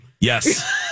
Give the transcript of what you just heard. Yes